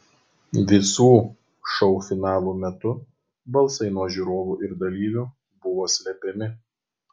visų šou finalų metu balsai nuo žiūrovų ir dalyvių buvo slepiami